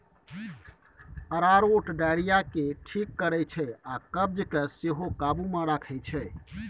अरारोट diarrhoea केँ ठीक करै छै आ कब्ज केँ सेहो काबु मे रखै छै